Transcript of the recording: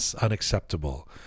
unacceptable